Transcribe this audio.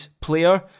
player